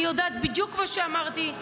אני יודעת בדיוק מה שאמרתי,